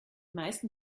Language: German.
meisten